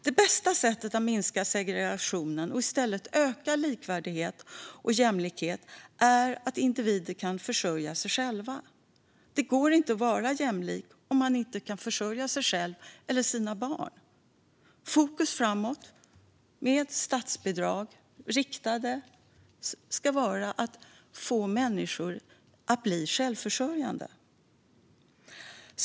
Det bästa sättet att minska segregationen och i stället öka likvärdighet och jämlikhet är att individer kan försörja sig själva. Det går inte att vara jämlik om man inte kan försörja sig själv eller sina barn. Fokus framåt med riktade statsbidrag ska vara att få människor att bli självförsörjande.